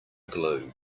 glue